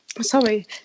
sorry